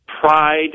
Pride